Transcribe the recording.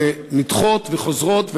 ונדחות וחוזרות,